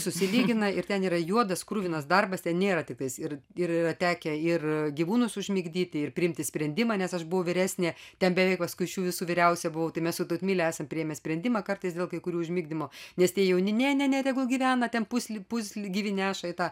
susilygina ir ten yra juodas kruvinas darbas ten nėra tiktais ir ir yra tekę ir gyvūnus užmigdyti ir priimti sprendimą nes aš buvau vyresnė ten beveik paskui iš visų vyriausia buvau tai mes su tautmile esam priėmę sprendimą kartais dėl kai kurių užmigdymo nes tie jauni ne ne tegul gyvena ten pus pusgyvį neša į tą